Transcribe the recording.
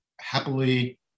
happily